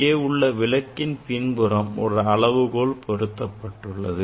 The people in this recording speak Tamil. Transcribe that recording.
இங்கே உள்ள விளக்கின் பின்புறம் ஒரு அளவுகோல் பொருத்தப்பட்டுள்ளது